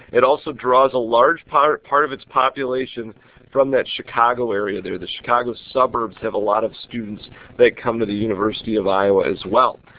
it also draws a large part part of its population from the chicago area there. the chicago suburbs have a lot of students that come to the university of iowa as well.